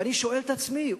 ואני שואל את עצמי,